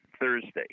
Thursday